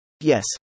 Yes